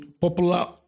popular